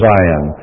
Zion